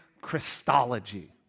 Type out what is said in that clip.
Christology